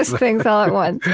things all at once.